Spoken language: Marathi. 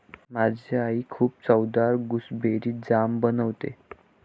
माझी आई खूप चवदार गुसबेरी जाम बनवते